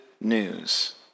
news